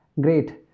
great